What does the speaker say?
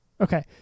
Okay